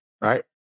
right